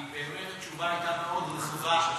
כי באמת התשובה הייתה מאוד רחבה.